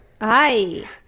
hi